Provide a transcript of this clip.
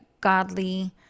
godly